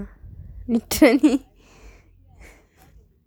literally